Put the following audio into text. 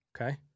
Okay